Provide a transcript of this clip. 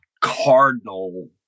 cardinal